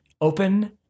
open